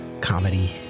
comedy